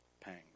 pangs